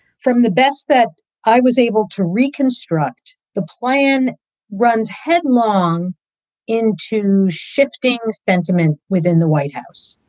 from the best that i was able to reconstruct, the plan runs headlong into shifting sentiment within the white house.